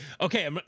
Okay